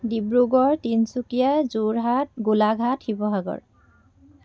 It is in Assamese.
ডিব্ৰুগড় তিনিচুকীয়া যোৰহাট গোলাঘাট শিৱসাগৰ